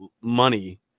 money